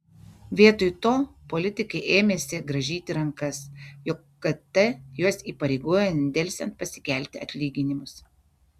vietoj to politikai ėmėsi grąžyti rankas jog kt juos įpareigojo nedelsiant pasikelti atlyginimus